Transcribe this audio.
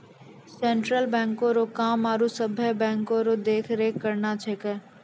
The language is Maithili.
सेंट्रल बैंको रो काम आरो सभे बैंको रो देख रेख करना छिकै